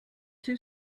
two